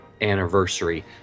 anniversary